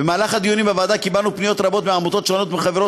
במהלך הדיונים בוועדה קיבלנו פניות רבות מעמותות שונות ומחברות